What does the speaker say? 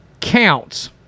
counts